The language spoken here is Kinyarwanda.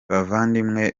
bavandimwe